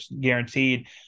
guaranteed